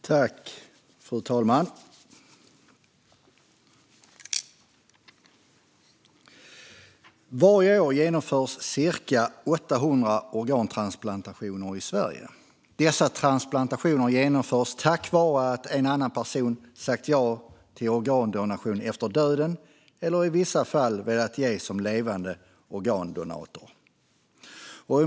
Fru talman! Varje år genomförs cirka 800 organtransplantationer i Sverige. Dessa transplantationer genomförs tack vare att någon annan person sagt ja till organdonation efter döden eller i vissa fall velat ge som levande organdonator.